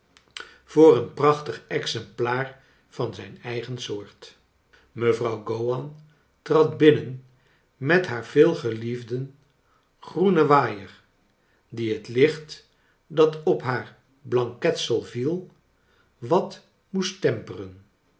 voor een prachtig exemplaar van zijn eigen soort mevrouw gowan trad binnen met haar veelgeliefdeu groenen waaier die het licht dat op haar blanketsel viel wat moest ternperen